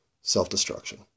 self-destruction